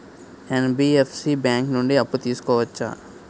NBFC bank నుండి అప్పు తీసుకోవచ్చా?